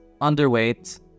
underweight